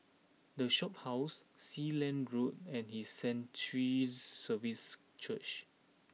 the Shophouse Sealand Road and his Sanctuaries Services Church